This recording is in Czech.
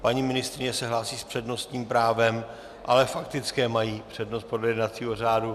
Paní ministryně se hlásí s přednostním právem, ale faktické mají přednost podle jednacího řádu.